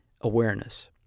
awareness